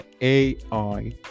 AI